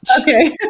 Okay